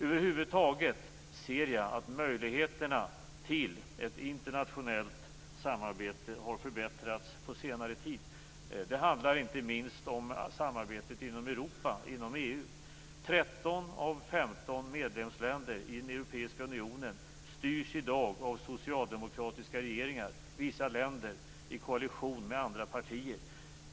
Över huvud taget ser jag att möjligheterna till ett internationellt samarbete har förbättrats på senare tid. Det handlar inte minst om samarbetet inom Europa och inom EU. 13 av 15 medlemsländer inom Europeiska unionen styrs i dag av socialdemokratiska regeringar, i vissa länder i koalition med andra partier.